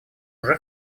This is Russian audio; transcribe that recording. уже